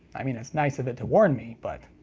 i mean, it's nice of it to warn me, but,